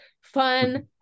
fun